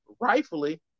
rightfully